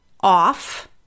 off